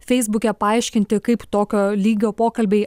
feisbuke paaiškinti kaip tokio lygio pokalbiai